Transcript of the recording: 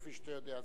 כפי שאתה יודע.